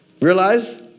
Realize